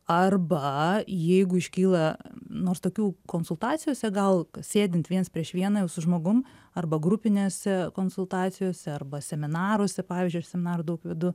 arba jeigu iškyla nors tokių konsultacijose gal sėdint vienas prieš vieną jau su žmogum arba grupinėse konsultacijose arba seminaruose pavyzdžiui aš seminarų daug vedu